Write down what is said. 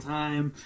time